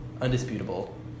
undisputable